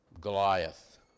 Goliath